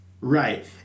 Right